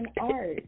art